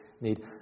need